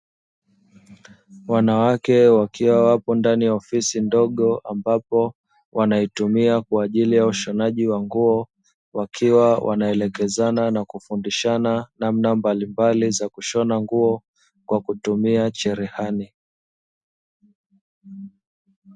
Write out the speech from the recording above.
Wanawake wakiwa wapo ndani ya ofisi ndogo, ambapo wanaitumia kwa ajili ya ushonaji wa nguo, wakiwa wanaelekezana na kufundishana namna mbalimbali za kushona nguo, kwa kutumia cherehani.